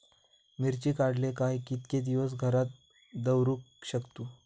मिर्ची काडले काय कीतके दिवस घरात दवरुक शकतू?